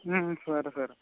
సరే సరే